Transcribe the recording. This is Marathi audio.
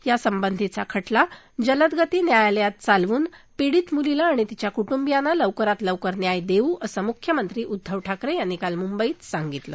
यासंबंधीचा खटला जलदगती न्यायालयात चालवून पीडित मुलीला आणि तिच्या कुटुंबीयांना लवकरात लवकर न्याय देऊ असं मुख्यमंत्री उद्दव ठाकरे यांनी काल मुंबईत सांगितल